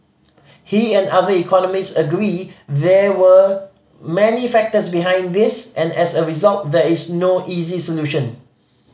he and other economists agree there were many factors behind this and as a result there is no easy solution